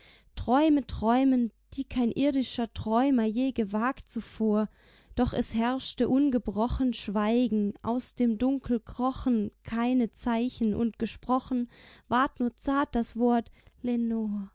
träume träumend die kein irdischer träumer je gewagt zuvor doch es herrschte ungebrochen schweigen aus dem dunkel krochen keine zeichen und gesprochen ward nur zart das wort